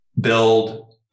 build